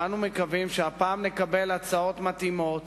ואנו מקווים שהפעם נקבל הצעות מתאימות,